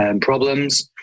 problems